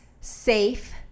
safe